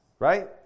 Right